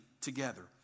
together